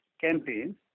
campaign